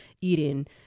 eating